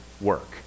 work